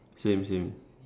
same same